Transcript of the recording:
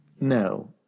No